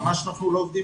אנחנו ממש לא עובדים ככה.